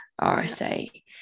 RSA